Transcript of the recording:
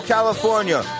California